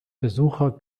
besucher